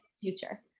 future